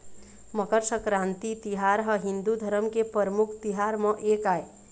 मकर संकरांति तिहार ह हिंदू धरम के परमुख तिहार म एक आय